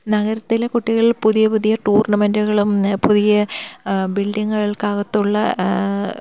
നഗരത്തിലെ കുട്ടികളിൽ പുതിയ പുതിയ ടൂർണമെൻറ്റുകളും പുതിയ ബിൽഡിങ്ങുകൾക്ക് അകത്തുള്ള